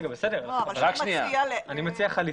אני מציע חליפי.